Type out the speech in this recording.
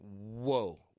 whoa